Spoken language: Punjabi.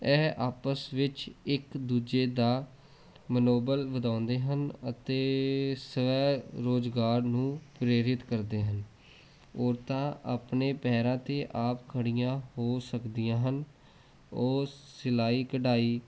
ਇਹ ਆਪਸ ਵਿੱਚ ਇੱਕ ਦੂਜੇ ਦਾ ਮਨੋਬਲ ਵਧਾਉਂਦੇ ਹਨ ਅਤੇ ਸਵੈ ਰੁਜ਼ਗਾਰ ਨੂੰ ਪ੍ਰੇਰਿਤ ਕਰਦੇ ਹਨ ਔਰਤਾਂ ਆਪਣੇ ਪੈਰਾਂ 'ਤੇ ਆਪ ਖੜੀਆਂ ਹੋ ਸਕਦੀਆਂ ਹਨ ਉਹ ਸਿਲਾਈ ਕਢਾਈ